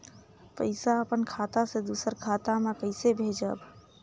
पइसा अपन खाता से दूसर कर खाता म कइसे भेजब?